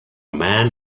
man